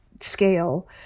scale